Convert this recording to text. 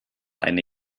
eine